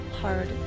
hard